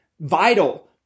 vital